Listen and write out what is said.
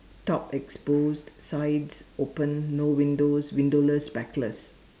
top exposed sides open no windows windowless backless